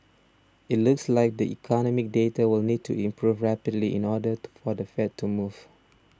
it looks like the economic data will need to improve rapidly in order to for the Fed to move